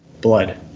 blood